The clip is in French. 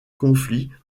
conflit